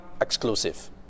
exclusive